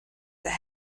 that